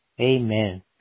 Amen